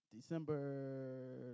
December